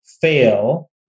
fail